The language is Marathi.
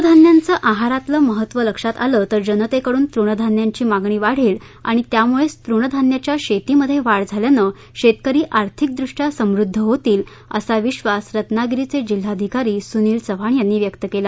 तुणधान्यांचं आहारातलं महत्त्व लक्षात आलं तर जनतेकडून तुणधान्यांची मागणी वाढेल आणि त्यामुळेच तुणधान्याच्या शेतीमध्ये वाढ झाल्यानं शेतकरी आर्थिकटृष्टया समृद्ध होतील असा विक्वास रत्नागिरीचे जिल्हाधिकारी सुनील चव्हाण यांनी व्यक्त केला